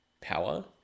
power